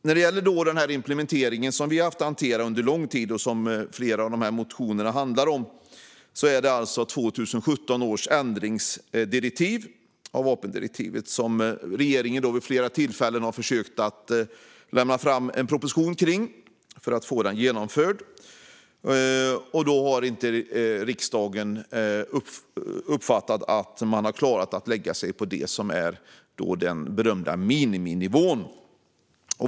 När det gäller den implementering som vi har haft att hantera under lång tid, och som flera av dessa motioner handlar om, är det alltså 2017 års ändringsdirektiv till vapendirektivet som regeringen vid flera tillfällen har försökt att lämna fram en proposition kring för att få detta genomfört. Riksdagen har dock inte uppfattat att man har klarat att lägga sig på det som är den berömda miniminivån.